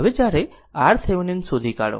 હવે જ્યારે RThevenin શોધી કાઢો